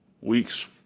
weeks